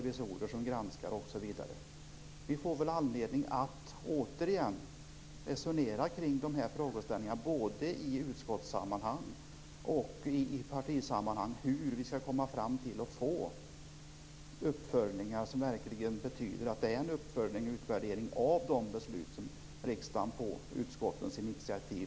Vi får säkert anledning att återigen resonera kring dessa frågeställningar både i utskottssammanhang och partisammanhang. Hur skall vi få fram riktiga uppföljningar och utvärderingar av de beslut som riksdagen fattar på utskottens initiativ?